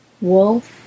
Wolf